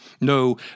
No